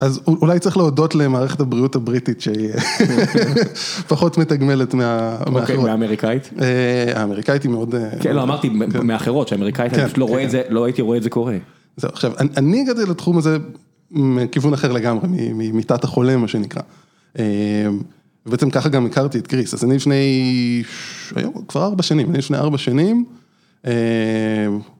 אז אולי צריך להודות למערכת הבריאות הבריטית שהיא פחות מתגמלת מהאמריקאית. האמריקאית היא מאוד... כן, לא, אמרתי מאחרות, שהאמריקאית, אתה פשוט, לא הייתי רואה את זה קורה. זהו, עכשיו, אני הגעתי לתחום הזה מכיוון אחר לגמרי, ממיטת החולה, מה שנקרא. ובעצם ככה גם הכרתי את כריס, אז אני לפני ש... כבר ארבע שנים, מלפני ארבע שנים.